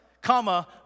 comma